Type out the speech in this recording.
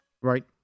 Right